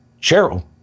Cheryl